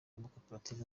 amakoperative